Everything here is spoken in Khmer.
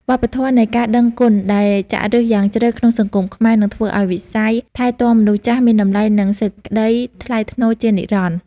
វប្បធម៌នៃការដឹងគុណដែលចាក់ឫសយ៉ាងជ្រៅក្នុងសង្គមខ្មែរ នឹងធ្វើឱ្យវិស័យថែទាំមនុស្សចាស់មានតម្លៃ និងសេចក្តីថ្លៃថ្នូរជានិរន្តរ៍។